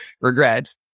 regret